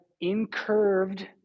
incurved